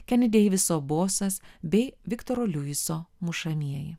keni deiviso bosas bei viktoro liuiso mušamieji